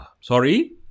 Sorry